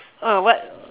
ah what